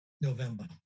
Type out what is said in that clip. November